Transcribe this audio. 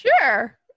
sure